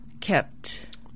kept